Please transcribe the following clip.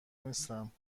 نیستم